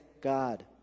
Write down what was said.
God